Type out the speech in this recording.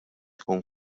tkun